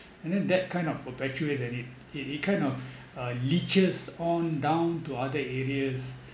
and then that kind of perpetuates and it it it kind of uh leeches on down to other areas